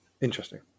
interesting